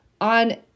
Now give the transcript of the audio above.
on